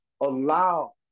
allow